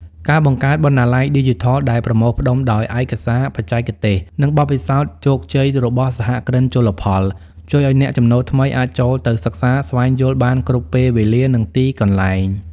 ការបង្កើតបណ្ណាល័យឌីជីថលដែលប្រមូលផ្ដុំដោយឯកសារបច្ចេកទេស និងបទពិសោធន៍ជោគជ័យរបស់សហគ្រិនជលផល ជួយឱ្យអ្នកចំណូលថ្មីអាចចូលទៅសិក្សាស្វែងយល់បានគ្រប់ពេលវេលា និងទីកន្លែង។